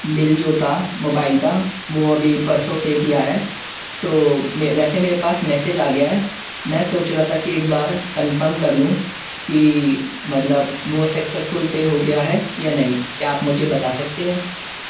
بل جو تھا موبائل کا وہ ابھی پرسوں پے کیا ہے تو ویسے میرے پاس میسج آ گیا ہے میں سوچ رہا تھا کہ ایک بار کنفرم کر لوں کہ مطلب وہ سکسیسفل پے ہو گیا ہے یا نہیں کیا آپ مجھے بتا سکتے ہیں